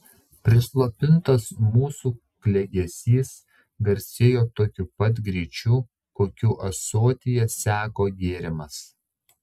prislopintas mūsų klegesys garsėjo tokiu pat greičiu kokiu ąsotyje seko gėrimas